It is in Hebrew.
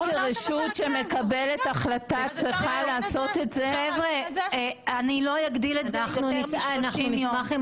אבל אני כרשות שמקבלת החלטה צריכה לעשות את זה- ----- אני אשמח אם